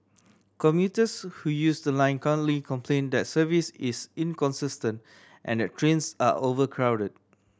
commuters who use the line currently complain that service is inconsistent and that trains are overcrowded